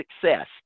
success